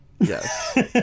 Yes